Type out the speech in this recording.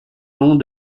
long